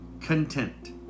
content